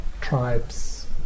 tribes